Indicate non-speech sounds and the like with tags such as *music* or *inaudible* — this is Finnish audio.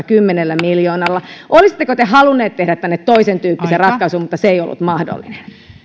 *unintelligible* kymmenellä miljoonalla olisitteko te halunnut tehdä tänne toisentyyppisen ratkaisun mutta se ei ollut mahdollinen